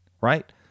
Right